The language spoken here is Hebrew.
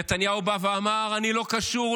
נתניהו אמר: אני לא קשור,